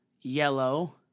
yellow